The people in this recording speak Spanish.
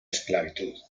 esclavitud